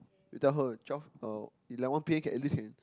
you tell her twelve uh eleven p_m at least can